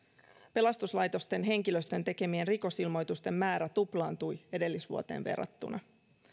pelastuslaitosten henkilöstön tekemien rikosilmoitusten määrä tuplaantui edellisvuoteen verrattuna